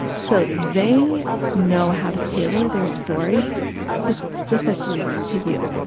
so they know how to tailor their story specifically to you.